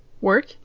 Work